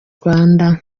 rwanda